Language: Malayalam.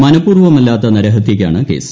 മനപൂർവമല്ലാത്തു നരഹത്യക്കാണ് കേസ്